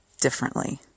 differently